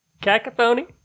Cacophony